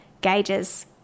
gauges